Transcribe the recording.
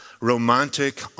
romantic